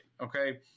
okay